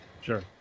Sure